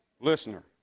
listener